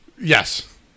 Yes